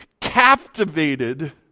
captivated